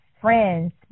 friends